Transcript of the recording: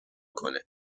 کنه